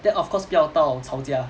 then of course 不要到吵架